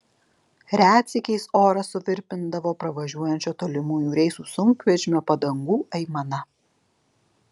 retsykiais orą suvirpindavo pravažiuojančio tolimųjų reisų sunkvežimio padangų aimana